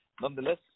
nonetheless